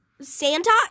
Santa